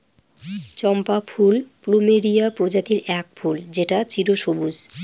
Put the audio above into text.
চম্পা ফুল প্লুমেরিয়া প্রজাতির এক ফুল যেটা চিরসবুজ